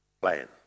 plan